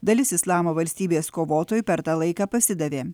dalis islamo valstybės kovotojų per tą laiką pasidavė